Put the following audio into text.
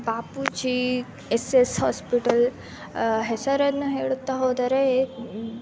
Bapuji S S hospital ಹೆಸರನ್ನು ಹೇಳುತ್ತಾ ಹೋದರೆ